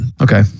Okay